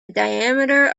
diameter